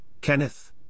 Kenneth